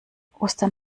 ostern